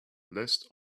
list